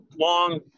long